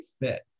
fit